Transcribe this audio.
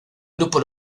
grupo